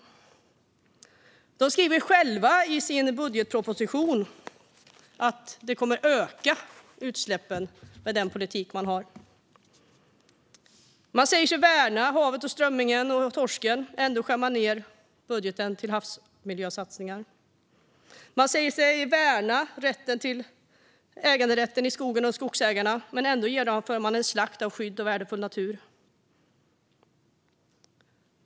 Regeringen skriver själv i sin budgetproposition att utsläppen kommer att öka med den politik man har. Man säger sig värna havet, strömmingen och torsken, men ändå skär man ned budgeten för havsmiljösatsningar. Man säger sig värna äganderätten i skogen och skogsägarna, men ändå genomför man en slakt av skyddet av värdefull natur.